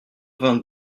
vingt